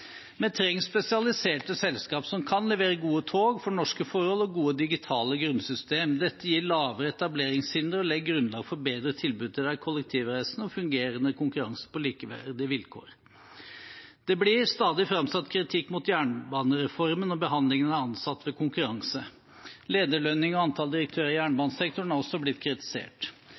Vi trenger spesialiserte selskaper som kan levere gode tog for norske forhold og gode digitale grunnsystemer. Dette gir lavere etableringshindre og legger grunnlag for bedre tilbud til de kollektivreisende og fungerende konkurranse på likeverdige vilkår. Det blir stadig framsatt kritikk mot jernbanereformen og behandlingen av ansatte ved konkurranse. Lederlønninger og antall direktører i jernbanesektoren har også blitt kritisert.